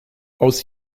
aus